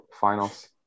finals